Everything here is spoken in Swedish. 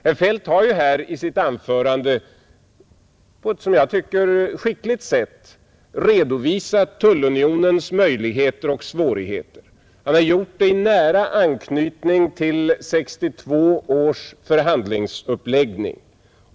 Herr Feldt har ju här i sitt anförande på ett som jag tycker skickligt sätt redovisat tullunionens möjligheter och svårigheter. Han har gjort det i nära anknytning till 1962 års förhandlingsuppläggning.